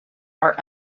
are